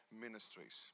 ministries